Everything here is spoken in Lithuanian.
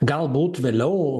galbūt vėliau